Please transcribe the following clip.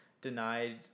denied